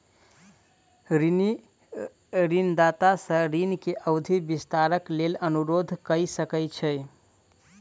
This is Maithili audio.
ऋणी ऋणदाता सॅ ऋण के अवधि विस्तारक लेल अनुरोध कय सकै छै